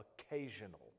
occasional